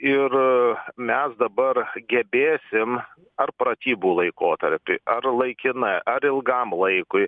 ir mes dabar gebėsim ar pratybų laikotarpy ar laikina ar ilgam laikui